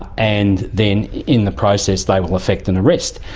and then in the process they will affect an arrest.